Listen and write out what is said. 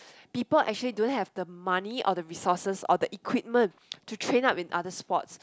people actually don't have the money or the resources or the equipment to train up with other sports